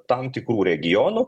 tam tikrų regionų